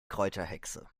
kräuterhexe